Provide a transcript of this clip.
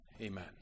amen